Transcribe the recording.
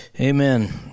Amen